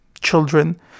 children